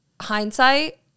hindsight